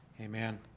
Amen